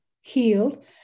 healed